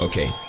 Okay